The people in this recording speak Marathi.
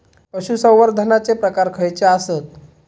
पशुसंवर्धनाचे प्रकार खयचे आसत?